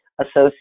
associate